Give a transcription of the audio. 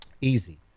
Easy